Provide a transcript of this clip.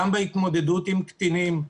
גם בהתמודדות עם קטינים,